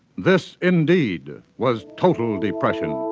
this indeed was total depression.